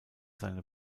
seine